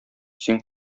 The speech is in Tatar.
син